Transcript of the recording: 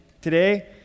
today